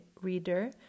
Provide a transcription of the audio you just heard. reader